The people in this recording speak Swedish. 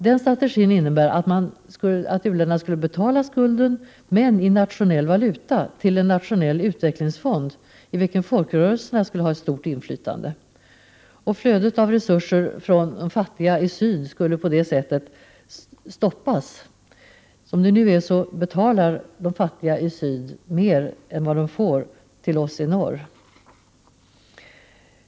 Den strategin innebär att u-länderna skulle betala skulden, men i nationell valuta till en nationell utvecklingsfond i vilken folkrörelserna skulle ha ett stort inflytande. Flödet av resurser från de fattiga i syd skulle på det sättet stoppas. Som det nu är betalar de fattiga i syd till oss i norr mer än vad de får.